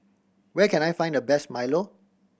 where can I find the best milo